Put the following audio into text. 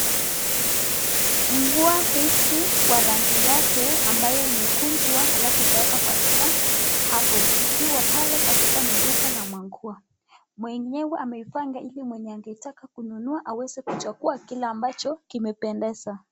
Nguo hizi kwa rangi yake ambayo imekunjwa, alafu ikaweka katika hapo, ikiwa pale ni katika duka ya manguo. Mwenyewe ameipanga ili mwenye angeitaka aweze kuchagua kile ambacho kimependeza.